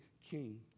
king